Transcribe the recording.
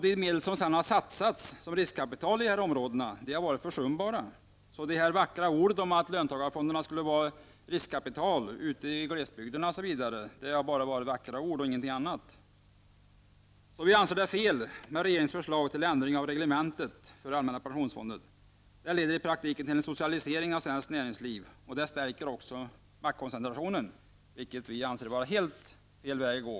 De medel som har satsats som riskkapital i dessa områden har varit försumbara. Dessa vackra ord t.ex. om att löntagarfonderna skulle bidra till riskkapital ute i glesbygderna har bara varit vackra ord -- ingenting annat. Vi anser att regeringens förslag till ändring av reglementet för allmänna pensionsfonderna är fel. Det leder i praktiken till en socialisering av svenskt näringsliv. Det stärker också maktkoncentrationen, vilket vi anser vara helt fel väg att gå.